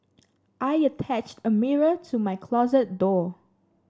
I attached a mirror to my closet door